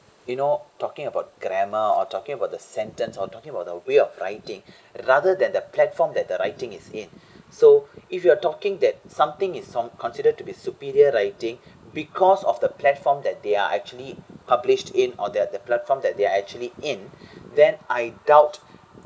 you know talking about grammar or talking about the sentence or talking about the way of writing rather than the platform that the writing is in so if you are talking that something is on considered to be superior writing because of the platform that they are actually published in or that the platform that they are actually in then I doubt